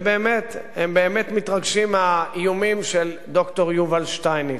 הם באמת מתרגשים מהאיומים של ד"ר יובל שטייניץ.